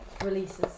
releases